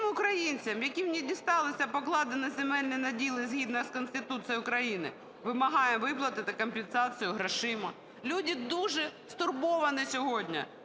"Тим українцям, яким не дісталися покладені земельні наділи згідно з Конституцією України, вимагаю виплатити компенсацію грошима". Люди дуже стурбовані сьогодні,